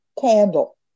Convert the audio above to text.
Candle